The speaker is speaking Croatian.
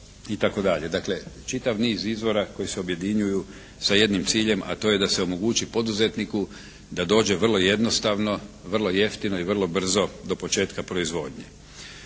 Dakle čitav niz izvora koji se objedinjuju sa jednim ciljem a to je da se omogući poduzetniku da dođe vrlo jednostavno, vrlo jeftino i vrlo brzo do početka proizvodnje.